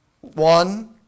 One